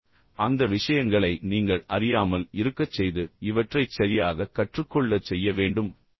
மேலும் அந்த விஷயங்களை நீங்கள் அறியாமல் இருக்கச் செய்து பின்னர் இவற்றைச் சரியாக கற்றுக்கொள்ளச் செய்ய வேண்டும்